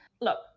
look